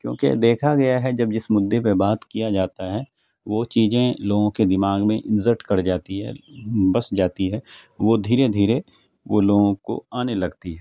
کیونکہ دیکھا گیا ہے جب جس مدعے پہ بات کیا جاتا ہے وہ چیزیں لوگوں کے دماغ میں انزٹ کر جاتی ہے بس جاتی ہے وہ دھیرے دھیرے وہ لوگوں کو آنے لگتی ہے